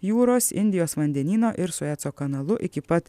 jūros indijos vandenyno ir sueco kanalu iki pat